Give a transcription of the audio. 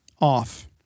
off